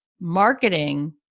marketing